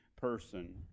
person